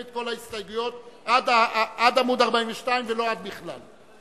את כל ההסתייגויות עד עמוד 42 ולא עד בכלל,